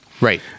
Right